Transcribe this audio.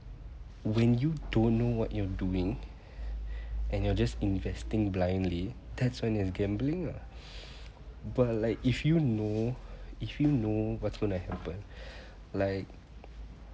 when you don't know what you're doing and you're just investing blindly that's when you're gambling ah but like if you know if you know what's gonna happen like